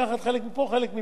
מה שלא היה עד היום.